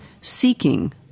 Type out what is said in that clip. seeking